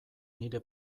nire